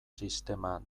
sistema